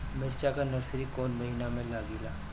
मिरचा का नर्सरी कौने महीना में लागिला?